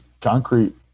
concrete